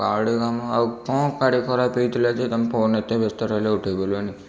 ଗାଡ଼ି କାମ ଆଉ କ'ଣ ଗାଡ଼ି ଖରାପ ହେଇଥିଲା ଯେ ତୁମେ ଫୋନ ଏତେ ବ୍ୟସ୍ତରେ ରହିଲ ଉଠାଇ ପାରିଲନି